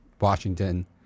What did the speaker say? Washington